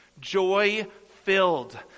joy-filled